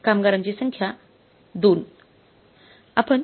कामगारांची संख्या 2 कामगार